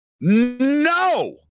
no